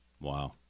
Wow